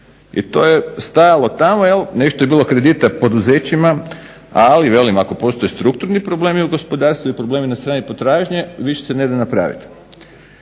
i to je stajalo tamo, nešto je bilo kredita poduzećima ali velim ako postoje strukturni problemi u gospodarstvu i problemi na strani potražnje ništa se ne da napraviti.